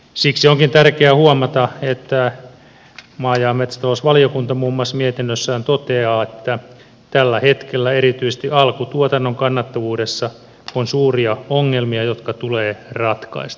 siksi onkin tärkeä huomata että maa ja metsätalousvaliokunta muun muassa mietinnössään toteaa että tällä hetkellä erityisesti alkutuotannon kannattavuudessa on suuria ongelmia jotka tulee ratkaista